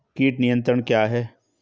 कीट नियंत्रण क्या है?